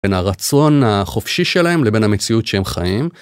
בין הרצון החופשי שלהם לבין המציאות שהם חיים.